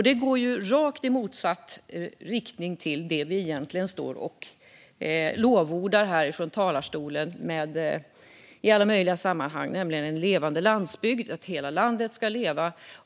Det går i rakt motsatt riktning till det som vi egentligen lovordar här från talarstolen i alla möjliga sammanhang, nämligen en levande landsbygd och att hela landet ska leva.